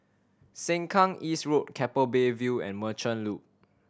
Sengkang East Road Keppel Bay View and Merchant Loop